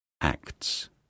Acts